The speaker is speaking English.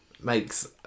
makes